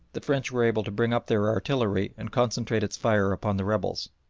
the french were able to bring up their artillery and concentrate its fire upon the rebels.